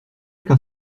qu’un